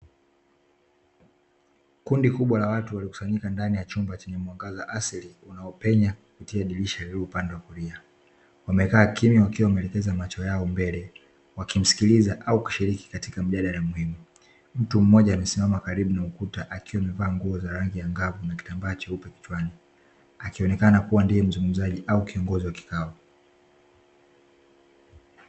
Kundi kubwa la watu waliyokusanyika ndani ya chumba chenye mwangaza wa asili unaopenya kupitia dirisha dogo upande wa kulia, wamekaa kimya wakiwa wameelekeza macho yao mbele wakimsikiliza au kushiriki katika mjadala muhimu. Mtu mmoja amesimama karibu na ukuta akiwa amevaa ngua za rangi angavu na kitambaa cheupe kichwani akionekana kuwa ndiye mzungumzaji au kiongozi wa kikao.